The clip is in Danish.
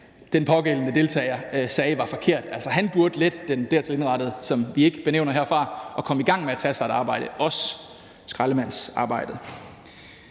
den pågældende deltager, sagde, var forkert. Han burde lette den dertil indrettede, som vi ikke benævner herfra, og komme i gang med at tage sig et arbejde, også skraldemandsarbejde.